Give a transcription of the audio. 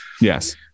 Yes